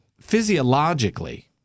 physiologically